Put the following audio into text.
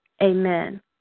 Amen